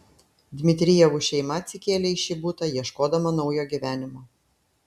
dmitrijevų šeima atsikėlė į šį butą ieškodama naujo gyvenimo